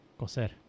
Coser